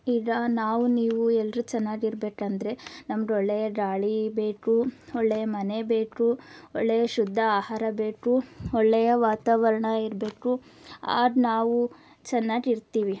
ಈಗ ನಾವು ನೀವು ಎಲ್ಲರು ಚೆನ್ನಾಗಿ ಇರಬೇಕಂದ್ರೆ ನಮ್ಗೆ ಒಳ್ಳೆಯ ಗಾಳಿ ಬೇಕು ಒಳ್ಳೆಯ ಮನೆ ಬೇಕು ಒಳ್ಳೆಯ ಶುದ್ಧ ಆಹಾರ ಬೇಕು ಒಳ್ಳೆಯ ವಾತಾವರಣ ಇರಬೇಕು ಆಗ ನಾವು ಚೆನ್ನಾಗಿರ್ತೀವಿ